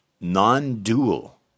non-dual